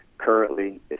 currently